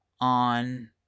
on